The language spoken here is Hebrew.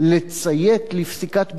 לציית לפסיקת בג"ץ,